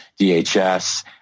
DHS